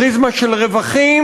פריזמה של רווחים,